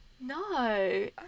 No